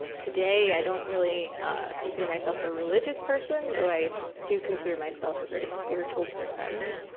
today, i don't really consider myself a religious person, though i do consider myself a very spiritual person.